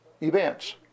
events